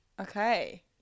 Okay